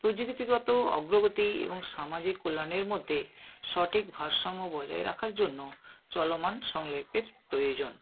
প্রযুক্তিগত অগ্রগতি এবং সামাজিক কল্যাণের মধ্যে সটিক ভারসাম্য বজায় রাখার জন্য চলমান সংলিপির প্রয়োজন